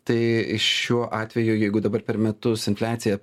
tai šiuo atveju jeigu dabar per metus infliacija